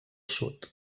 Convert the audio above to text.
sud